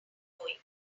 going